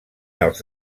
els